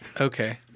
Okay